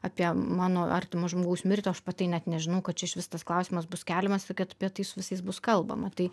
apie mano artimo žmogaus mirtį o aš apie tai net nežinau kad čia išvis tas klausimas bus keliamas ir kad apie tai su visais bus kalbama tai